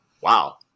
Wow